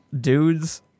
dudes